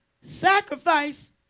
sacrifice